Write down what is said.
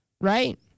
right